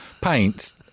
paints